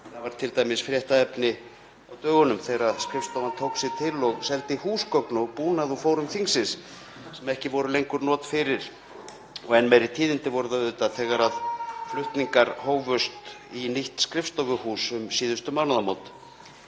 Það varð t.d. fréttaefni á dögunum þegar skrifstofan tók sig til og seldi húsgögn og búnað úr fórum þingsins sem ekki voru lengur not fyrir og enn meiri tíðindi voru það auðvitað þegar flutningar í nýtt skrifstofuhús Alþingis hófust